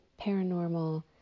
paranormal